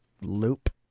loop